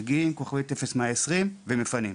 מגיעים בעקבות הטלפון ל-0120* ומפנים.